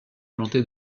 planté